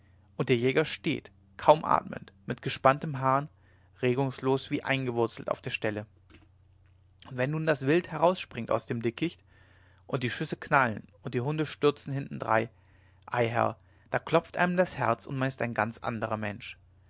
und der jäger steht kaum atmend mit gespanntem hahn regungslos wie eingewurzelt auf der stelle und wenn nun das wild herausspringt aus dem dickicht und die schüsse knallen und die hunde stürzen hinterdrein ei herr da klopft einem das herz und man ist ein ganz andrer mensch